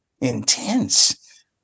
intense